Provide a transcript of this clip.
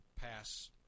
pass